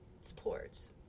supports